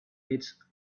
its